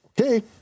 Okay